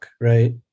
right